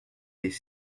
des